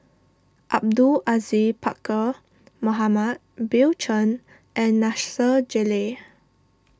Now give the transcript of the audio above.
Abdul Aziz Pakkeer Mohamed Bill Chen and Nasir Jalil